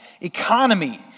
economy